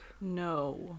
No